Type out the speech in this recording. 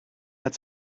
had